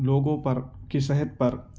لوگوں پر کی صحت پر